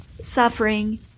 suffering